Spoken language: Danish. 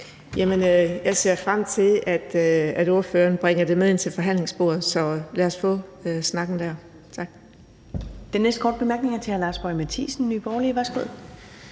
Jeg ser frem til, at ordføreren bringer det med ind til forhandlingsbordet. Så lad os få snakken der. Tak.